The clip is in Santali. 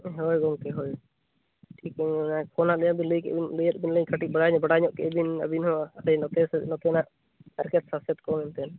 ᱦᱳᱭ ᱜᱚᱢᱠᱮ ᱦᱳᱭ ᱴᱷᱤᱠᱮᱢ ᱠᱟᱹᱴᱤᱡ ᱵᱟᱲᱟᱭ ᱧᱚᱜ ᱵᱟᱰᱟᱭ ᱧᱚᱜ ᱠᱮᱫᱼᱟ ᱟᱹᱵᱤᱱ ᱦᱚᱸ ᱟᱞᱮ ᱱᱚᱛᱮ ᱥᱮ ᱱᱚᱛᱮᱱᱟᱜ ᱦᱟᱨᱠᱮᱛ ᱥᱟᱥᱮᱛ ᱠᱚ ᱮᱱᱛᱮᱫ